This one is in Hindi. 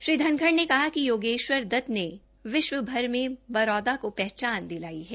श्री धनखड़ ने कहा कि योगेश्वर दत्त ने विश्वभर में बरोदा को पहचान दिलाई है